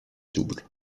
double